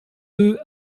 deux